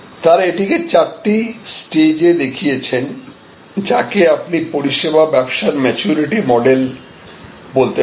তারা এটিকে চারটি স্টেজে দেখিয়েছেন যাকে আপনি পরিষেবা ব্যবসার ম্যাচুরিটি মডেল বলতে পারেন